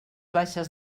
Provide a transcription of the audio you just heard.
baixes